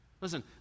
Listen